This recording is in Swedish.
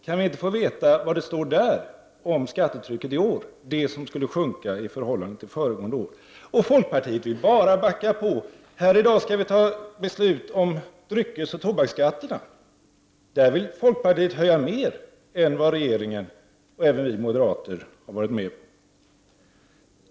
Kan vi inte få veta vad det står där om skattetrycket i år, det som skulle sjunka i förhållande till föregående år? Folkpartiet vill bara backa på. Här i dag skall vi fatta beslut om dryckesoch tobaksskatterna. I det avseendet vill folkpartiet höja mer än vad regeringen och även vi moderater vill.